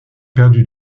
perdu